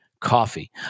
coffee